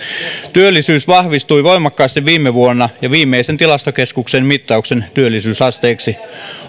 työllisyys vahvistui voimakkaasti viime vuonna ja viimeisin tilastokeskuksen mittaus työllisyysasteeksi